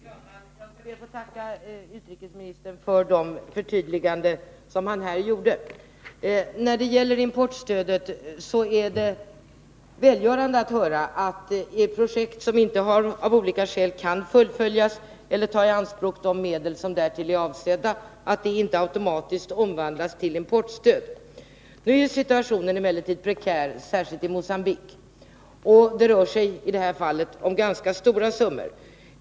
Herr talman! Jag skall be att få tacka utrikesministern för de förtydliganden som han här gjorde. När det gäller importstödet är det välgörande att höra att anslaget till ett projekt, som av olika skäl inte kan fullföljas eller ta i anspråk de medel som därtill är avsedda, inte automatiskt omvandlas till ett importstöd. Nu är situationen emellertid prekär, särskilt i Mogambique. Det rör sig i detta fall om ganska stora summor.